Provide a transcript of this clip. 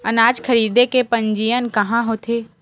अनाज खरीदे के पंजीयन कहां होथे?